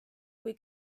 kui